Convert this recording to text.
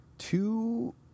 Two